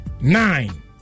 nine